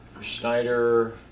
Schneider